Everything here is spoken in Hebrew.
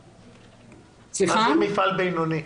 מה זה מפעל בינוני?